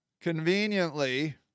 conveniently